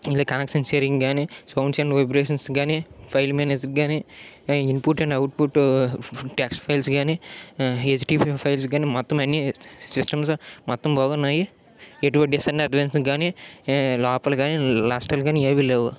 లేక connection sharing కానీ sounds and vibrations కానీ ఫైల్ మేనేజ్ కానీ input and output text files కానీ హెచ్టిపి ఫైల్స్ కానీ మొత్తం అన్నీ సిస్టమ్స్ మొత్తం బాగున్నాయి ఎటువంటి డిస్అడ్వాన్టేజెస్ కానీ లోపల కానీ నష్టాలు కానీ ఏవి లేవు